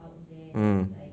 mm